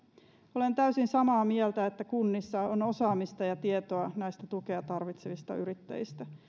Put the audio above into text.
olen täysin samaa mieltä siitä että kunnissa on osaamista ja tietoa näistä tukea tarvitsevista yrittäjistä